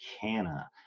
Canna